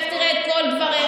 לך תראה את כל דבריך,